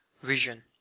vision